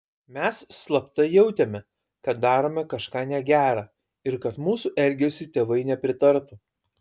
mes slapta jautėme kad darome kažką negera ir kad mūsų elgesiui tėvai nepritartų